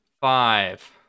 five